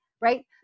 Right